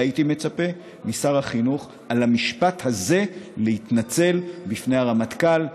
הייתי מצפה משר החינוך להתנצל בפני הרמטכ"ל,